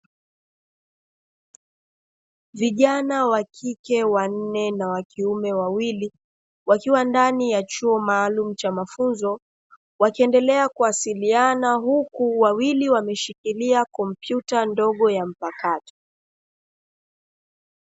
Vijana wa kike wanne na wakiume wawili wakiwa ndani ya chuo maalumu cha mafunzo, wakiendelea kuwasiliana huku wawili wameshikilia kompyuta ndogo ya mpakato.